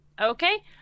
Okay